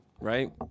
right